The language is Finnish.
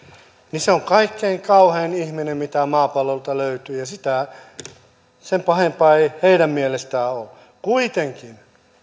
niin se on kaikkein kauhein ihminen mitä maapallolta löytyy ja sen pahempaa ei heidän mielestään ole kuitenkin